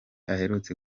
aherutse